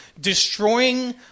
destroying